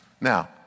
Now